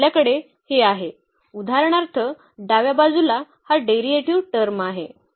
तर आपल्याकडे हे आहे उदाहरणार्थ डाव्या बाजूला हा डेरिव्हेटीव्ह टर्म आहे